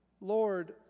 Lord